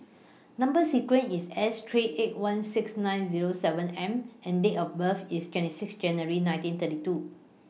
Number sequence IS S three eight one six nine Zero seven M and Date of birth IS twenty six January nineteen thirty two